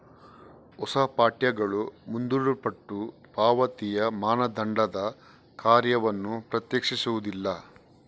ಹೊಸ ಪಠ್ಯಗಳು ಮುಂದೂಡಲ್ಪಟ್ಟ ಪಾವತಿಯ ಮಾನದಂಡದ ಕಾರ್ಯವನ್ನು ಪ್ರತ್ಯೇಕಿಸುವುದಿಲ್ಲ